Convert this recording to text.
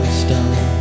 stone